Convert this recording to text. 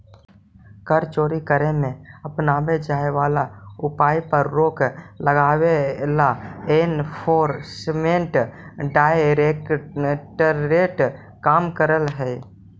कर चोरी करे में अपनावे जाए वाला उपाय पर रोक लगावे ला एनफोर्समेंट डायरेक्टरेट काम करऽ हई